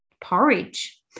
porridge